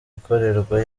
ikorerwa